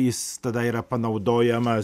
jis tada yra panaudojamas